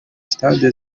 stade